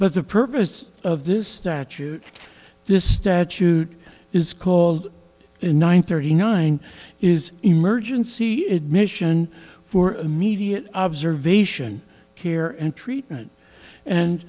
but the purpose of this statute this statute is called in nine thirty nine is emergency admission for immediate observation care and treatment and